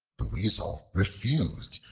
the weasel refused,